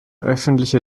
öffentliche